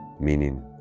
meaning